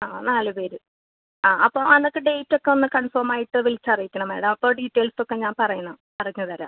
ആ നാല് പേര് ആ അപ്പോൾ അന്നത്തെ ഡേയ്റ്റ് ഒക്കെ ഒന്ന് കൺഫോം ആയിട്ട് വിളിച്ചറിയിക്കണം മാഡം അപ്പോൾ ഡീറ്റെയ്ൽസ് ഒക്കെ ഞാൻ പറയണം പറഞ്ഞ് തരാം